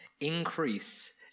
Increase